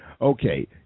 Okay